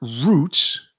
roots